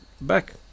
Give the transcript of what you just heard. back